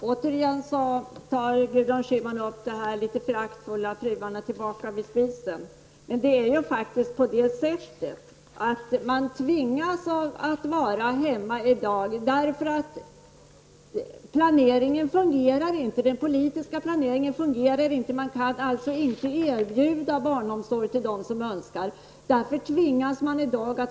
Herr talman! Återigen talade Gudrun Schyman litet föraktfullt om fruarna tillbaka vid spisen, men det är faktiskt så att man tvingas vara hemma i dag, därför att den politiska planeringen inte fungerar. Vi kan alltså inte erbjuda barnomsorg till dem som önskar sådan.